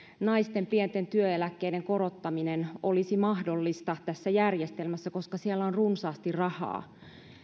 naisten pienten työeläkkeiden korottaminen olisi mahdollista tässä järjestelmässä koska siellä on runsaasti rahaa